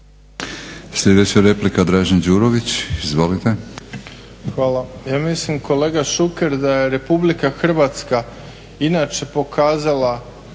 Slijedeća replika Dražen Đurović. Izvolite. **Đurović, Dražen (HDSSB)** Hvala. Ja mislim kolega Šuker, da je Republika Hrvatska inače pokazala